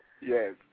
yes